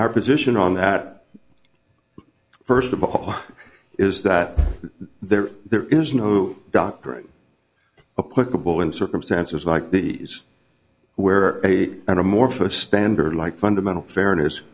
our position on that first of all is that there there is no doctoring a quibble in circumstances like these where a and amorphous standard like fundamental fairness